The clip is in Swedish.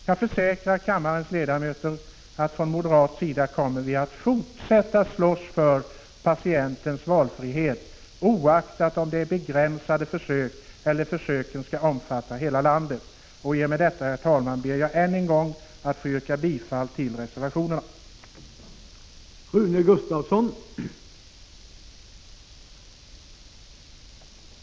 Jag försäkrar kammarens ledamöter att från moderat sida kommer vi att för patienternas valfrihet, oaktat om det gäller begränsade fortsätta att sl försök eller försök som omfattar hela landet. Med detta, herr talman, ber jag än en gång att få yrka bifall till de moderata reservationerna.